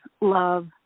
love